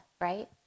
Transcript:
right